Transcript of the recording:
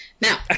Now